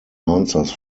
answers